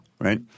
right